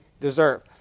deserve